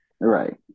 Right